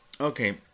Okay